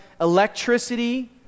electricity